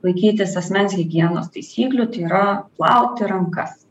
laikytis asmens higienos taisyklių tai yra plauti rankas